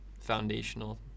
foundational